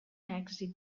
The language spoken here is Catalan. èxit